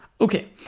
Okay